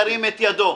ירים את ידו.